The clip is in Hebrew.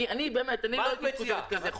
כי אני לא הייתי כותבת כזה חוק.